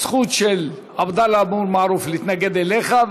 הזכות של עבדאללה אבו מערוף להתנגד לך,